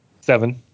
Seven